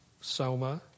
Soma